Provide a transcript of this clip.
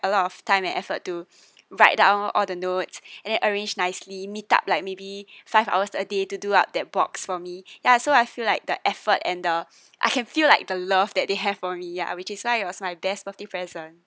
a lot of time and effort to write down all the notes and then arrange nicely meet up like maybe five hours a day to do out that box for me ya so I feel like the effort and the I can feel like the love that they have for me ya which is why it was my best birthday present